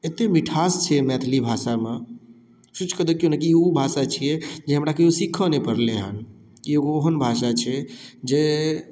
एते मिठास छै मैथिली भाषामे सोचिकऽ देखियौ ने कि ई उ भाषा छियै जे हमरा कहियो सीखऽ नहि पड़लैहन ई एगो एहन भाषा छै जे